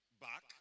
back